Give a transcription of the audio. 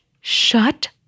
Shut